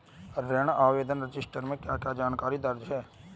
ऋण आवेदन रजिस्टर में क्या जानकारी दर्ज है?